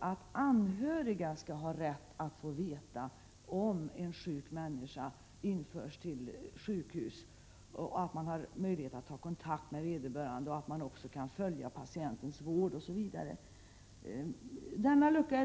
att anhöriga skall ha rätt att få veta om en sjuk människa införs till sjukhus, ha möjlighet att ta kontakt med vederbörande, följa patientens vård OSV.